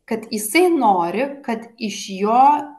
kad jisai nori kad iš jo